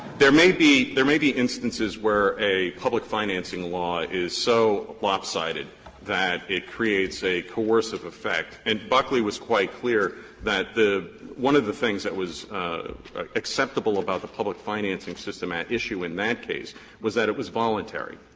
there may be there may be instances where a public financing law is so lopsided that it creates a coercive effect, and buckley was quite clear that one of the things that was acceptable about the public financing system at issue in that case was that it was voluntary.